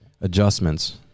adjustments